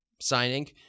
signing